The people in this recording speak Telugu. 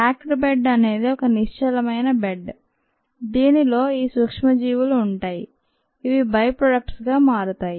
ప్యాక్డ్ బెడ్ అనేది ఒక నిశ్చలమైన బెడ్ దీనిలో ఈ సూక్ష్మ జీవులు ఉంటాయి ఇవి బై ప్రొడక్ట్స్ గా మారుస్తాయి